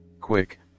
quick